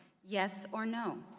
yes or no.